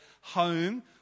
home